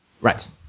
Right